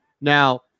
Now